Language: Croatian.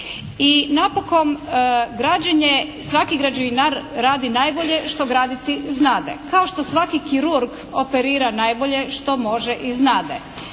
građenje, svaki građevinar radi najbolje što graditi znade, kao što svaki kirurg operira najbolje što može i znade.